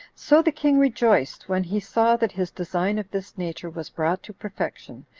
so the king rejoiced when he saw that his design of this nature was brought to perfection,